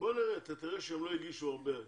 אתה תראה שלא הוגשו הרבה תלונות.